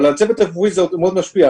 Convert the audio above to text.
אבל על הצוות הרפואי זה מאוד משפיע.